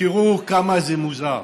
ותראו כמה זה מוזר: